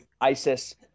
isis